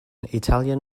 italian